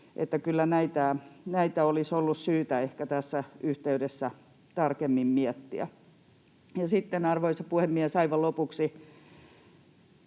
näitä olisi ollut syytä ehkä tässä yhteydessä tarkemmin miettiä. Ja sitten, arvoisa puhemies, aivan lopuksi